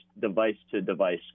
device-to-device